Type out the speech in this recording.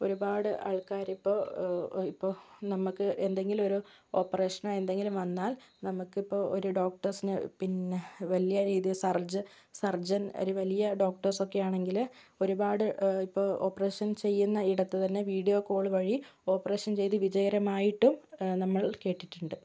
ഒരുപാട് ആൾക്കാര് ഇപ്പം ഇപ്പം ഇപ്പം നമുക്ക് എന്തെങ്കിലും ഒരു ഓപ്പറേഷനോ എന്തെങ്കിലും വന്നാൽ നമുക്ക് ഇപ്പം ഒരു ഡോക്ടർസ് പിന്നെ വലിയ രീതിയില് സർജൻ സർജൻ ഒരു വലിയ ഡോക്ടർസ് ഒക്കെ ആണെങ്കില് ഒരുപാട് ഇപ്പോൾ ഓപ്പറേഷൻ ചെയ്യുന്ന ഇടത്ത് തന്നെ വീഡിയോ കോളു വഴി ഓപ്പറേഷൻ ചെയ്ത് വിജയകരമായിട്ടും നമ്മൾ കേട്ടിട്ടുണ്ട്